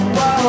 Whoa